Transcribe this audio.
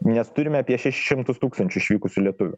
nes turime apie šešis šimtus tūkstančių išvykusių lietuvių